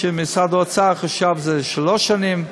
כשמשרד האוצר חשב שזה לשלוש שנים,